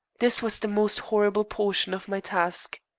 this was the most horrible portion of my task.